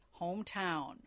hometown